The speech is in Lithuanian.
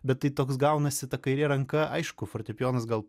bet tai toks gaunasi ta kairė ranka aišku fortepijonas gal